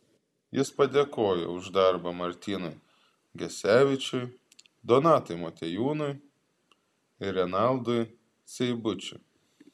jis padėkojo už darbą martynui gecevičiui donatui motiejūnui ir renaldui seibučiui